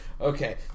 okay